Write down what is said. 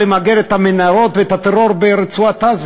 למגר את המנהרות ואת הטרור ברצועת-עזה.